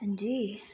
हां जी